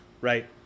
right